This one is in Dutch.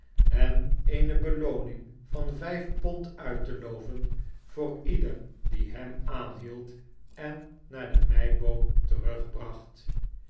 en eene belooning van vijf pond uit te loven voor ieder die hem aanhield en naar de meiboom terugbracht